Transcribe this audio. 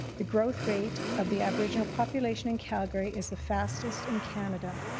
the growth rate of the aboriginal population in calgary is the fastest in canada.